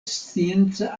scienca